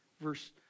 Verse